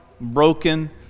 broken